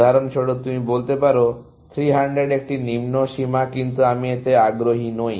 উদাহরণস্বরূপ তুমি বলতে পারো 300 একটি নিম্ন সীমা কিন্তু আমি এতে আগ্রহী নই